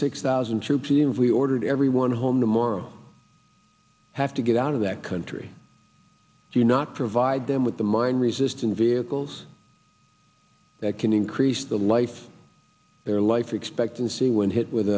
six thousand troops and we ordered everyone home tomorrow have to get out of that country do you not provide them with the mine resistant vehicles that can increase the life their life expectancy when hit with